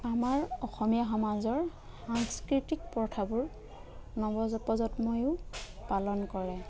আমাৰ অসমীয়া সমাজৰ সাংস্কৃতিক প্ৰথাবোৰ নৱ প্ৰজন্ময়ো পালন কৰে